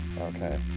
Okay